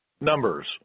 Numbers